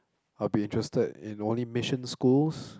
I'll be interested in only mission schools